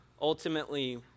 ultimately